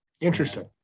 interesting